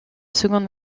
seconde